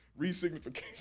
Resignification